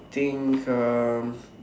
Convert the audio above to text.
think some